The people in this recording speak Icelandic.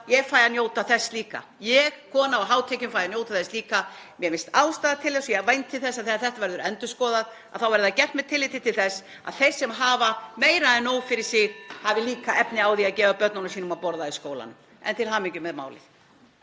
Ég fæ að njóta þess líka. Ég, kona á háum tekjum, fæ að njóta þess líka. Mér finnst ástæða til þess og ég vænti þess að þegar þetta verður endurskoðað þá verði það gert með tilliti til þess að þeir sem hafa meira en nóg fyrir sig (Forseti hringir.) hafi líka efni á því að gefa börnunum sínum að borða í skólanum. En til hamingju með málið.